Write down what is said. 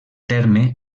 terme